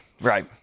right